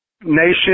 nation